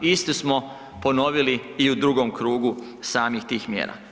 Iste smo ponovili i u drugom krugu samih tih mjera.